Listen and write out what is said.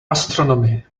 astronomy